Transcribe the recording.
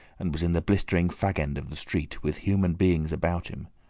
and was in the blistering fag end of the street, with human beings about him.